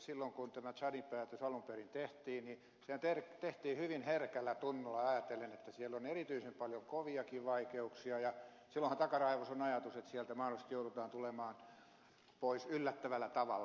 silloin kun tämä tsadin päätös alun perin tehtiin niin sehän tehtiin hyvin herkällä tunnolla ajatellen että siellä on erityisen paljon koviakin vaikeuksia ja silloinhan takaraivossa on ajatus että sieltä mahdollisesti joudutaan tulemaan pois yllättävällä tavalla